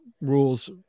rules